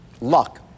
luck